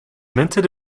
minted